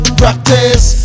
practice